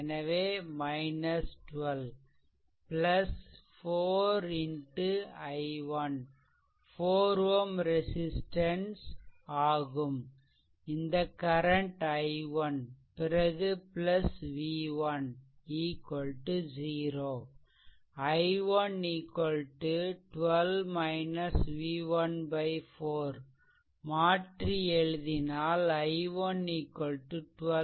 எனவே 12 4 x i1 4 Ω resistance ஆகும் இந்த கரண்ட் i1 பிறகு v1 0 i1 12 v1 4 மாற்றி எழுதினால் i1 12 v1 4